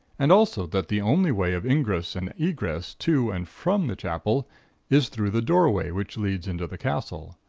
and also that the only way of ingress and egress to and from the chapel is through the doorway which leads into the castle,